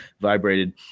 vibrated